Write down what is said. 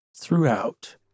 throughout